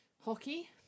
Hockey